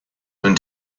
mewn